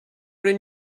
would